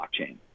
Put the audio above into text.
blockchain